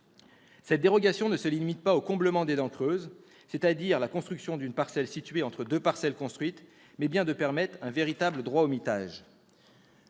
Cette dérogation ne se limite pas au comblement des dents creuses, c'est-à-dire la construction d'une parcelle située entre deux parcelles construites, mais risque bien d'ouvrir un véritable droit au mitage.